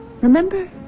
Remember